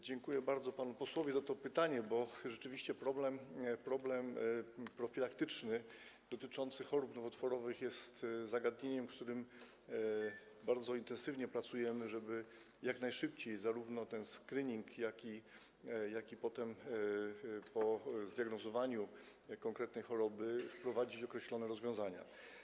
Dziękuję bardzo panu posłowi za to pytanie, bo rzeczywiście problem profilaktyczny dotyczący chorób nowotworowych jest zagadnieniem, nad którym bardzo intensywnie pracujemy, tak żeby jak najszybciej zrobić zarówno ten skrining, jak i potem, po zdiagnozowaniu konkretnej choroby, wprowadzić określone rozwiązania.